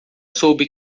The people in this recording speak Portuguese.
soube